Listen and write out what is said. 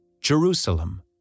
Jerusalem